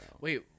wait